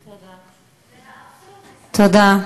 זה האבסורד, קסניה.